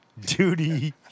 Duty